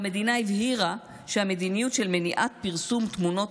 והמדינה הבהירה שהמדיניות של מניעת פרסום תמונות